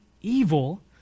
evil